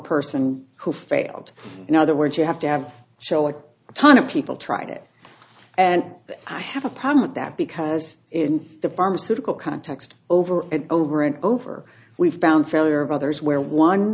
person who failed in other words you have to have show a ton of people tried it and i have a problem with that because in the pharmaceutical context over and over and over we've found failure of others where one